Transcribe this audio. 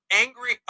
angry